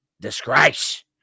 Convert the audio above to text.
disgrace